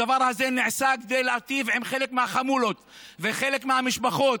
הדבר הזה נעשה כדי להיטיב עם חלק מהחמולות וחלק מהמשפחות.